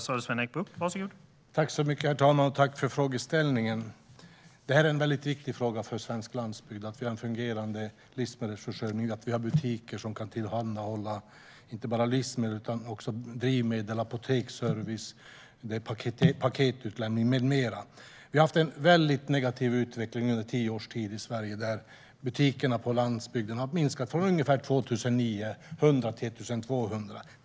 Herr talman! Tack för frågeställningen! Det är väldigt viktigt för svensk landsbygd att vi har en fungerande livsmedelsförsörjning och butiker som kan tillhandahålla inte bara livsmedel utan också drivmedel, apoteksservice, paketutlämning med mera. Vi har haft en väldigt negativ utveckling under tio års tid i Sverige. Butikerna på landsbygden har minskat från ungefär 2 900 till 1 200.